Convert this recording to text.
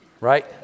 right